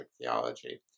theology